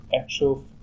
actual